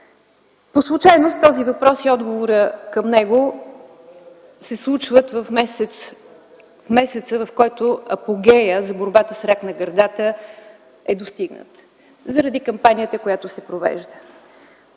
По случайност този въпрос и отговорът към него се случват в месеца, в който апогеят за борбата с рака на гърдата е достигнат заради кампанията, която се провежда.